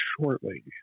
shortly